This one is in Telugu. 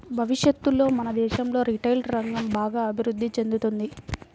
భవిష్యత్తులో మన దేశంలో రిటైల్ రంగం బాగా అభిరుద్ధి చెందుతుంది